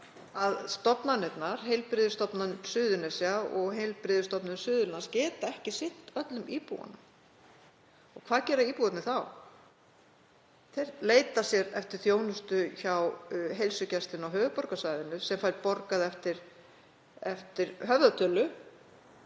að stofnanirnar, Heilbrigðisstofnun Suðurnesja og Heilbrigðisstofnun Suðurlands, geta ekki sinnt öllum íbúunum. Og hvað gera íbúarnir þá? Þeir leita sér þjónustu hjá heilsugæslunni á höfuðborgarsvæðinu sem fær borgað eftir höfðatölu